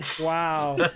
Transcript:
Wow